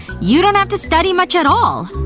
you don't have to study much at all.